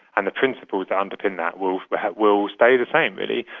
and the principles that underpin that will but that will stay the same really.